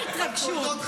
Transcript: למה ההתרגשות,